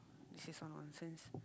this is all nonsense